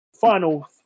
final